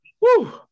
Woo